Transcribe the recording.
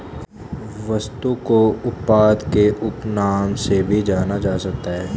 वस्तु को उत्पाद के उपनाम से भी जाना जा सकता है